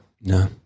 No